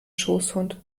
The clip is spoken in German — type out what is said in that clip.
schoßhund